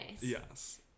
Yes